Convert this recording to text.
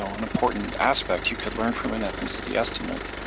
so an important aspect you could learn from an ethnicity estimate.